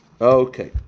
Okay